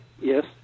Yes